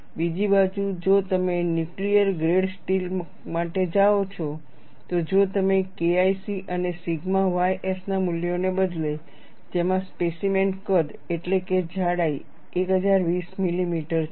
બીજી બાજુ જો તમે ન્યુક્લિયર ગ્રેડ સ્ટીલ માટે જાઓ છો તો જો તમે KIC અને સિગ્મા ys ના મૂલ્યોને બદલે જેમાં સ્પેસીમેન કદ એટલે કે જાડાઈ 1020 મિલીમીટર છે